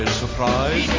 surprise